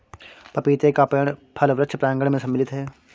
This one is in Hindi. पपीते का पेड़ फल वृक्ष प्रांगण मैं सम्मिलित है